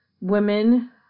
women